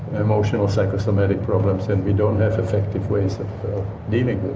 emotional psychosomatic problems, and we don't have effective ways of dealing